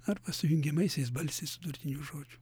arba su jungiamaisiais balsiais sudurtinių žodžių